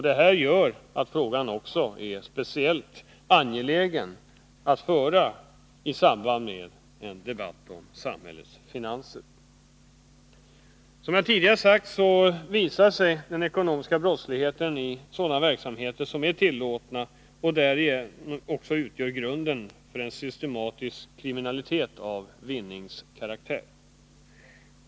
Detta gör att frågan också är speciellt angelägen att diskutera i samband med en debatt om samhällets finanser. Som jag tidigare sagt visar sig den ekonomiska brottsligheten i sådana verksamheter som är tillåtna och därigenom utgör grunden för en systematisk kriminalitet av vinningskaraktär.